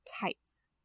tights